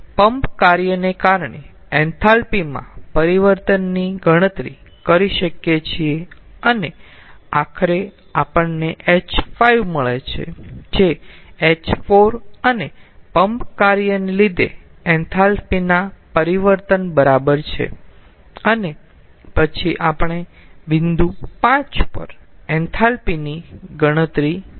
આપણે પંપ કાર્યને કારણે એન્થાલ્પી માં પરિવર્તનની ગણતરી કરી શકીએ છીએ અને આખરે આપણને h5 મળે છે જે h4 અને પંપ કાર્યને લીધે એન્થાલ્પી ના પરિવર્તન બરાબર છે અને પછી આપણે બિંદુ 5 પર એન્થાલ્પી ની ગણતરી કરીશું